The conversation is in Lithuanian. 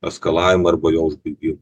eskalavimą arba jo užbaigimą